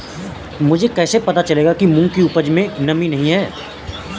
मुझे कैसे पता चलेगा कि मूंग की उपज में नमी नहीं है?